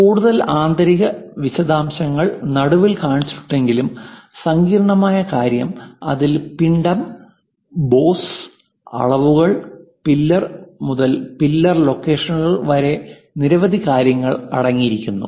കൂടുതൽ ആന്തരിക വിശദാംശങ്ങൾ നടുവിൽ കാണിച്ചിട്ടുണ്ടെങ്കിലും സങ്കീർണ്ണമായ കാര്യം അതിൽ പിണ്ഡം പോസ് അളവുകൾ പില്ലർ മുതൽ പില്ലർ ലൊക്കേഷനുകൾ വരെ നിരവധി കാര്യങ്ങൾ അടങ്ങിയിരിക്കുന്നു